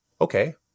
okay